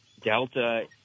Delta